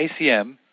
ACM